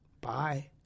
Bye